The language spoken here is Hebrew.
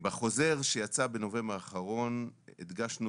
בחוזר שיצא בנובמבר האחרון הדגשנו